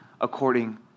according